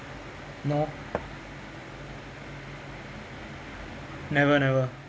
no never never